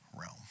realm